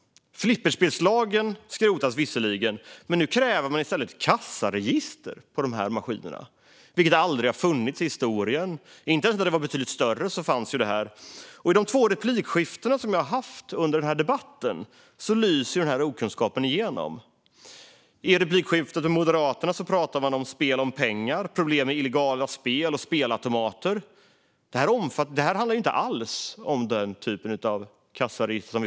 Flipperspelslagen skrotas visserligen. Men nu kräver man i stället kassaregister för de här maskinerna. Det har aldrig funnits i historien; inte ens när det var betydligt större fanns det. I de två replikskiften som jag har haft under debatten lyser den här okunskapen igenom. I replikskiftet med Moderaternas företrädare pratades det om spel om pengar, problem med illegala spel och spelautomater. Det handlar inte alls om den typen av kassaregister.